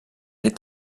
est